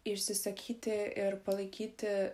išsisakyti ir palaikyti